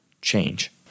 change